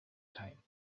time